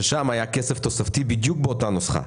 שם היה כסף תוספתי בדיוק באותה נוסחה.